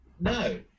no